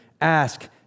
ask